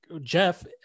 Jeff